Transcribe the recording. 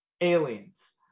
aliens